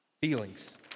Feelings